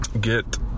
get